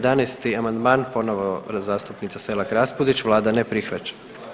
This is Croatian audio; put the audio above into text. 11. amandman, ponovo zastupnica Selak Raspudić, Vlada ne prihvaća.